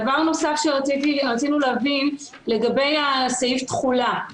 דבר נוסף שרצינו להבין הוא לגבי סעיף התחולה.